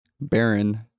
Baron